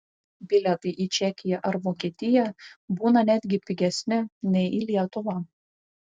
bilietai į čekiją ar vokietiją būna netgi pigesni nei į lietuvą